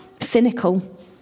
cynical